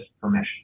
permission